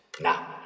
Now